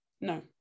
no